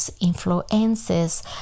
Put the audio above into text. influences